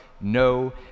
no